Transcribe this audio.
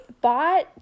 bought